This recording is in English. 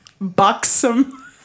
buxom